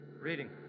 Reading